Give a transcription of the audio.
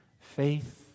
faith